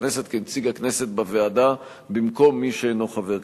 הכנסת כנציג הכנסת בוועדה במקום מי שאינו חבר כנסת.